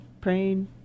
praying